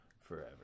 forever